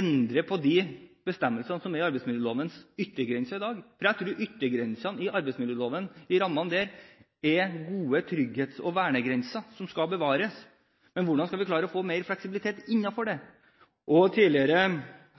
endre på de bestemmelsene som er i arbeidsmiljølovens yttergrenser i dag, for jeg tror at yttergrensene i arbeidsmiljøloven og rammene der er gode trygghets- og vernegrenser som skal bevares. Men hvordan skal vi klare å få mer fleksibilitet på dette området? Tidligere